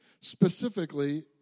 specifically